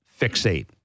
fixate